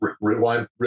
Rewind